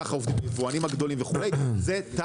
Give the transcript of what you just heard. כך עובדים היבואנים הגדולים וכו',